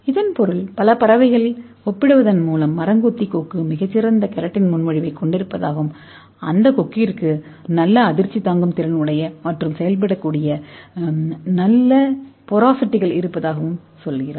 இதன் பொருள் பல பறவைகளை ஒப்பிடுவதன் மூலம் மரங்கொடியின் கொக்கு மிகச் சிறந்த கெரட்டின் முன்மொழிவைக் கொண்டிருப்பதாகவும் அந்தக் கொக்கிற்கு நல்ல அதிர்ச்சி பார்வையாளரைப் போல செயல்படக்கூடிய நல்ல போரோசிட்டிகள் இருப்பதாகவும் சொல்கிறார்கள்